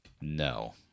No